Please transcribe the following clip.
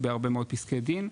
בהרבה מאוד פסקי דין,